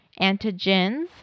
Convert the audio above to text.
Antigens